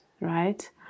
right